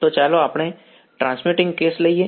તો ચાલો આપણે ટ્રાન્સમિટિંગ કેસ લઈએ